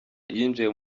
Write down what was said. yinjiye